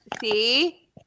see